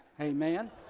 amen